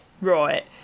Right